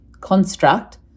construct